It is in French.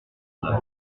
avril